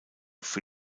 für